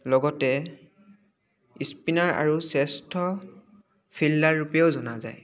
লগতে স্পিনাৰ আৰু শ্ৰেষ্ঠ ফিল্ডাৰ ৰূপেও জনা যায়